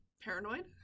paranoid